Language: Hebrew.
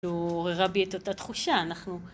עוררה בי את אותה תחושה, אנחנו...